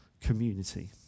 community